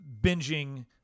binging